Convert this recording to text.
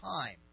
time